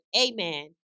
Amen